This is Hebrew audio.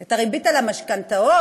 את הריבית על המשכנתאות,